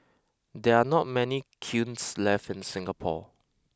there are not many kilns left in Singapore